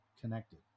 connected